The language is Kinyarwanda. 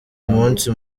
umunsi